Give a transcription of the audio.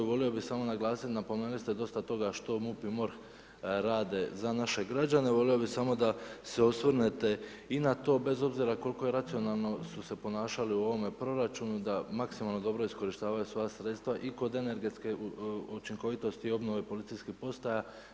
Volio bi samo naglasiti napomenuli ste dosta toga što MUP i MORH rade za naše građane, volio bi samo da se osvrnete i na to, bez obzira koliko racionalno su se ponašali u ovome proračunu, da maksimalno dobro iskorištavaju svoja sredstva i kod energetske učinkovitosti i obnova policijskih postaja.